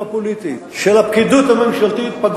לא הפוליטית, של הפקידות הממשלתית פגום פה.